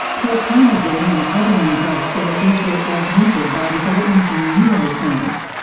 chlorpromazine and other new drug therapies were augmented by developments in neuroscience,